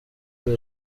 kuri